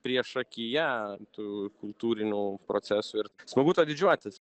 priešakyje tų kultūrinių procesų ir smagu tuo didžiuotis